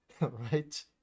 right